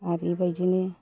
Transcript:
आरो बेबायदिनो